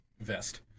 vest